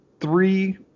three